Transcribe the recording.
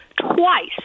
twice